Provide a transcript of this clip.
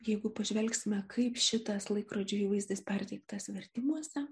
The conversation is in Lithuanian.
jeigu pažvelgsime kaip šitas laikrodžio įvaizdis perteiktas vertimuose